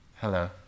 Hello